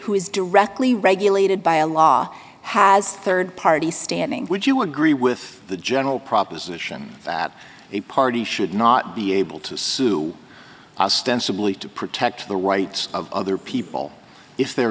who is directly regulated by a law has rd party standing would you agree with the general proposition that the parties should not be able to sue ostensibly to protect the rights of other people if there